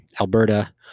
alberta